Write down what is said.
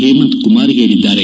ಹೇಮಂತ್ಕುಮಾರ್ ಹೇಳಿದ್ದಾರೆ